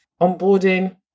onboarding